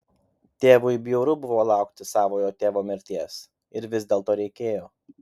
tėvui bjauru buvo laukti savojo tėvo mirties ir vis dėlto reikėjo